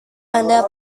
anda